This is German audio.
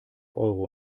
euro